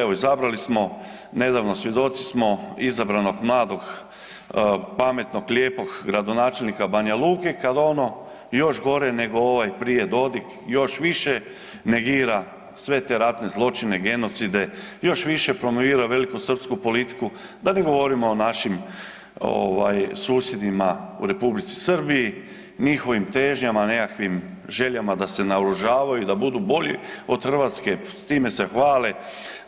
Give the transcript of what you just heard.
Evo, izabrali smo, nedavno svjedoci smo izabranog mladog, pametnog, lijepog gradonačelnika Banja Luke, kad ono još gore nego ovaj prije, Dodik, još više negira sve te ratne zločine, genocide, još više promovira velikosrpsku politiku, da ne govorimo o našim ovaj susjedima u Republici Srbiji, njihovim težnjama, nekakvim željama da se naoružavaju, da budu bolji od Hrvatske, s time se hvale,